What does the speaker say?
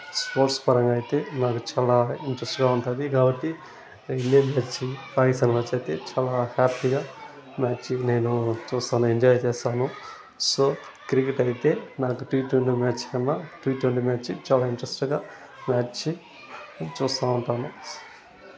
sports పరంగా అయితే నాకు చాలా ఇంట్రస్ట్గా ఉంటుంది కాబట్టి ఇండియన్ హెచ్డి చాలా హ్యాపీ గా మ్యాచి నేను చూస్తాను ఎంజాయ్ చేస్తాను సో క్రికెట్ అయితే నాకు టి ట్వంటీ మ్యాచ్ కన్నా టి ట్వంటీ మ్యాచి చాలా ఇంట్రస్ట్ గా నచ్చి చూస్తూ ఉంటాను